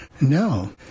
No